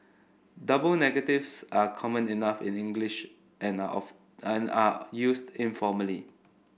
double negatives are common enough in English and of and are used informally